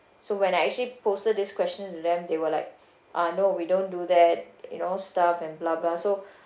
so when I actually posted this question to them they were like ah no we don't do that you know stuff and blah blah so